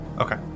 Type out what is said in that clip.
Okay